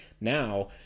now